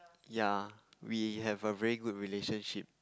ya we have a very good relationship